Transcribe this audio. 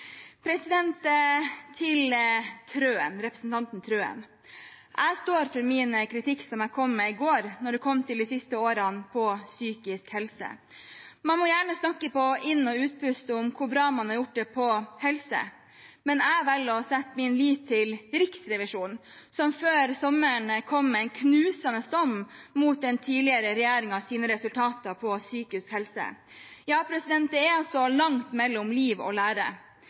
Til representanten Wilhelmsen Trøen: Jeg står for min kritikk, som jeg kom med i går, som gjaldt de siste årene innen psykisk helse. Man må gjerne snakke på inn- og utpust om hvor bra man har gjort det innen helse, men jeg velger å sette min lit til Riksrevisjonen, som før sommeren kom med en knusende dom over den tidligere regjeringens resultater innen psykisk helse. Ja, det er altså langt mellom liv og lære.